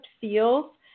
feels